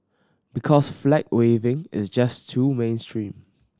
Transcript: because flag waving is just too mainstream